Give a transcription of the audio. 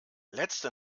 letzte